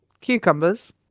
Cucumbers